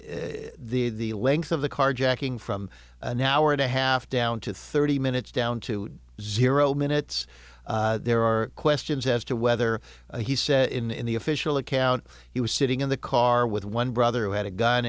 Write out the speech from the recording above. the length of the carjacking from an hour and a half down to thirty minutes down to zero minutes there are questions as to whether he said in the official account he was sitting in the car with one brother who had a gun